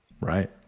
Right